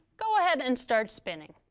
go ahead and start spinning.